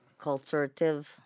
Culturative